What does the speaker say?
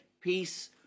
peace